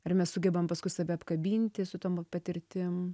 ar mes sugebam paskui save apkabinti su tom patirtim